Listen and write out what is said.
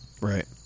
right